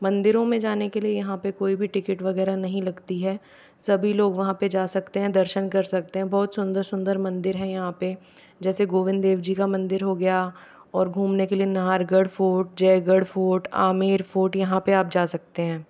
मंदिरों मे जाने के लिए यहाँ पे कोई भी टिकट वगैरह नहीं लगती हैं सभी लोग वहाँ पर जा सकते हैं दर्शन कर सकते हैं बहुत सुंदर सुंदर मंदिर है यहाँ पे जैसे गोविन्द देव जी का मंदिर हो गया और घुमने के लिए Nahargarh fort Jaigarh fort Amer fort यहाँ पे आप जा सकते हैं